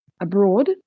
abroad